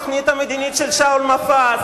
במחלוקת על התוכנית המדינית של שאול מופז,